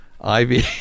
Ivy